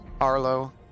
Arlo